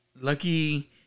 lucky